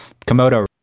Komodo